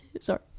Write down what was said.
Sorry